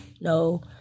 no